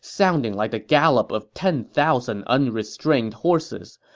sounding like the gallop of ten thousand unrestrained horses.